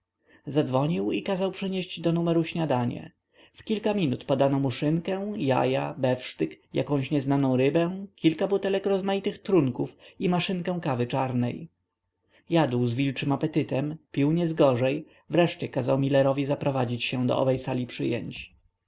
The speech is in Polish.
zadzwonił i kazał przynieść do numeru śniadanie w kilka minut podano mu szynkę jaja befsztyk jakąś nieznaną rybę kilka butelek rozmaitych trunków i maszynkę kawy czarnej jadł z wilczym apetytem pił niegorzej wreszcie kazał milerowi zaprowadzić się do owej sali przyjęć